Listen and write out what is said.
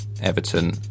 Everton